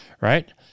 right